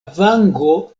vango